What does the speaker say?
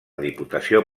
diputació